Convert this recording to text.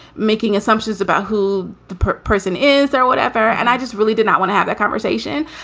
making assumptions about who the person is or whatever. and i just really did not want to have that conversation.